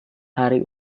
hari